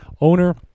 owner